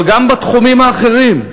אבל גם בתחומים האחרים.